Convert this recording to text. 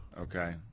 okay